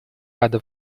рада